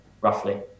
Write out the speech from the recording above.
roughly